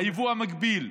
היבוא המקביל,